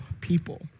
people